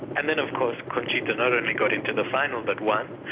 and then of course conchita not only got into the final but won,